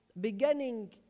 beginning